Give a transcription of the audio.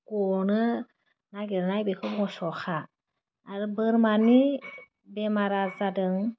गनो नागिरनाय बेखौ बुङो सखा आरो बोरमानि बेमारा जादों